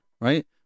right